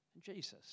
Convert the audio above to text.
Jesus